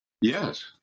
Yes